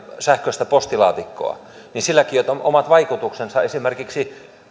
sähköistä postilaatikkoa niin silläkin on omat vaikutuksensa esimerkiksi